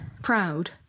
proud